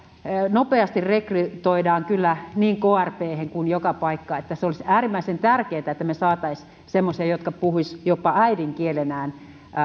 nopeasti rekrytoidaan kyllä niin krphen kuin joka paikkaan se olisi äärimmäisen tärkeätä että me saisimme semmoisia jotka puhuisivat jopa äidinkielenään